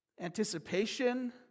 anticipation